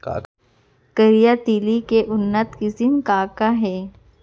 करिया तिलि के उन्नत किसिम का का हे?